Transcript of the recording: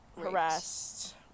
harassed